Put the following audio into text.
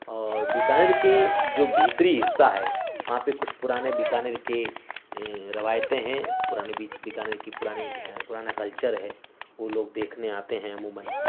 اور بیکانیر کی جو بھیتری حصہ ہے وہاں پہ کچھ پرانے بیکانیر کے روایتیں ہیں پرانے بیکانیر کی پرانی پرانا کلچر ہے وہ لوگ دیکھنے آتے ہیں عموماً